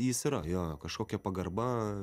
jis yra jo kažkokia pagarba